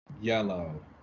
yellow